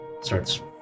Starts